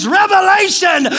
revelation